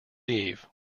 eve